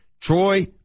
Troy